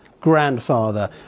grandfather